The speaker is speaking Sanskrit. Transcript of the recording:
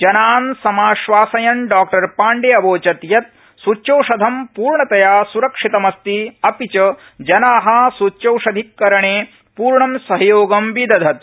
जनान् समाश्वासयन् डॉ पाण्डे अवोचत् यत् सूच्यौषधं पूर्णतया स्रक्षितमस्ति अपि च जना सुच्यौषधीकरणे पूर्ण सहयोगं विदधत्